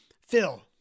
Phil